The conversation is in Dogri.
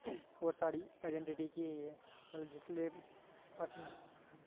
होर साढ़ी अडैंटिटी केह् ऐ मतलब जिसलै अस